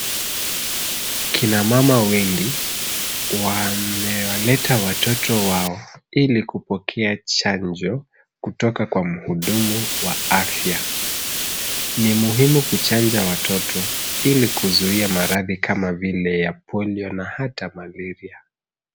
Kina mama wengi wamewaleta watoto wao ili kupokea chanjo kutoka kwa mhudumu wa afya. Ni muhimu kuchanja watoto ili kuzuia maradhi kama vile ya Polio na hata Malaria.